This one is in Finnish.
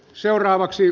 seuraavaksi